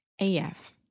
AF